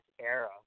era